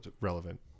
relevant